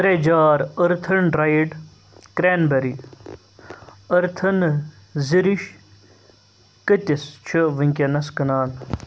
ترٛےٚ جار أرتھٕن ڈرٛیڈ کرٛین بری أرتھٕن زِرِش قۭتِس چھِ وٕنکٮ۪نَس کٕنان